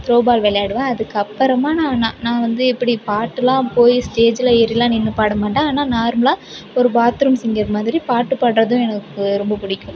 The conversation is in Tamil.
த்ரோ பால் விளையாடுவேன் அதுக்கப்புறமா நான் நான் நான் வந்து இப்படி பாட்டெலாம் போய் ஸ்டேஜில் ஏறியெலாம் நின்று பாடமாட்டேன் ஆனால் நார்மலாக ஒரு பாத் ரூம் சிங்கர் மாதிரி பாட்டு பாடுவதும் எனக்கு ரொம்ப பிடிக்கும்